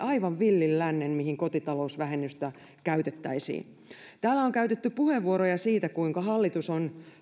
aivan villin lännen mihin kotitalousvähennystä käytettäisiin täällä on käytetty puheenvuoroja siitä kuinka hallitus